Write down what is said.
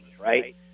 right